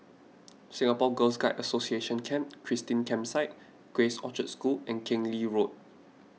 Singapore Girl Guides Association Camp Christine Campsite Grace Orchard School and Keng Lee Road